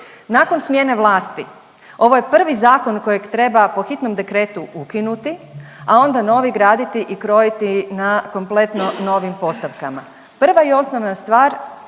Nakon smjene vlasti ovo je prvi zakon kojeg treba po hitnom dekretu ukinuti, a onda novi graditi i krojiti na kompletno novim postavkama. Prva i osnovna stvar